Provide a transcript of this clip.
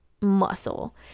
muscle